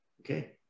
Okay